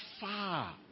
far